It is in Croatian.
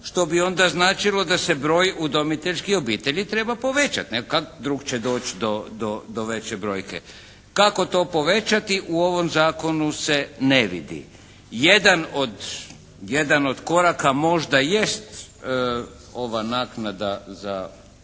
što bi onda značilo da se broj udomiteljskih obitelji treba povećati. Nego kako drukčije doći do veće brojke. Kako to povećati u ovom Zakonu se ne vidi. Jedan od koraka možda jest ova naknada za